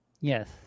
Yes